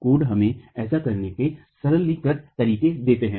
code हमें ऐसा करने के सरलीकृत तरीके देते हैं